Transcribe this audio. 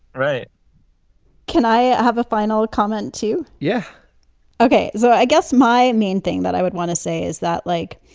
right can i have a final comment, too? yeah okay. so i guess my main thing that i would want to say is that, like,